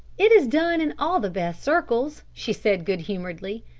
it is done in all the best circles, she said good-humouredly.